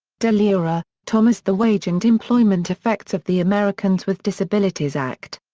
deleire, ah thomas. the wage and employment effects of the americans with disabilities act.